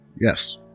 Yes